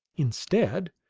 instead,